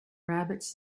rabbits